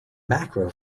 macro